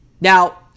Now